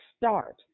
start